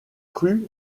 cru